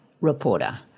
reporter